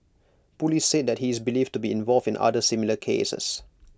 Police said that he is believed to be involved in other similar cases